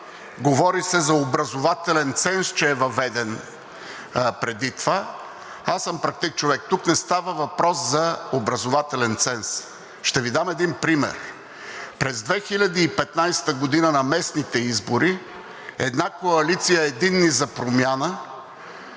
говори се за образователен ценз, че е въведен преди това. Аз съм практик човек, тук не става въпрос за образователен ценз и ще Ви дам един пример. През 2015 г. на местните избори една коалиция „Единни за промяна“